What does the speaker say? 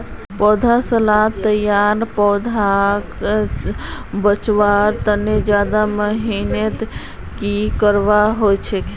पौधसालात तैयार पौधाक बच्वार तने ज्यादा मेहनत नि करवा होचे